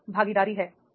पहली भागीदारी है